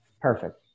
Perfect